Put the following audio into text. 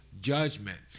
judgment